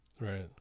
right